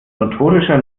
notorischer